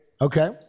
Okay